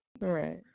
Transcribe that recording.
right